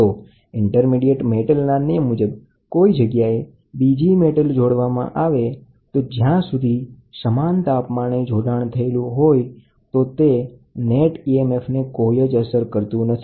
તો ઇન્ટરમિડીયેટ મેટલના નિયમ મુજબ થર્મોકપલ સરકીટમાં કોઈ જગ્યાએ બીજી મેટલ જોડવામાં આવે તો જ્યાં સુધી ત્રીજા જંક્શન ના કારણે બનેલા બંને જંક્શન સમાન તાપમાને હોય તો તે નેટ emf ને કોઈ જ અસર કરતું નથી